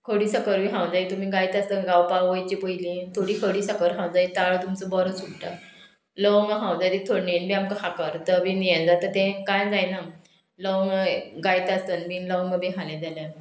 खडी साकर बी खावंक जाय तुमी गायता आसतना गावपाक वयचे पयली थोडी खडी साकर खावंक जाय ताळो तुमचो बरो सुट्टा लवंगां खाव जाय ती थोडणेन बी आमकां खाकर तर बीन हें जाता तें कांय जायना लवंगां गायता आसतना बीन लवंगां बी हालें जाल्यार